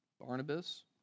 Barnabas